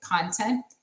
content